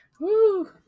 Woo